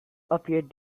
appeared